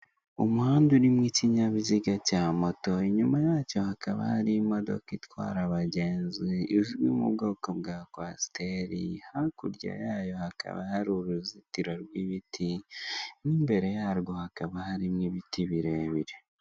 Inzu ndende imeze nk'aho ari umunara usize amarange y'icyatsi, ndetse birumvikana iri gipangu cy'amatafari ahiye, hakaba hari urugi runini cyane ruteye amarange y'icyatsi.